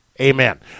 amen